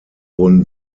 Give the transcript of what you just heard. wurden